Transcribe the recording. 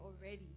already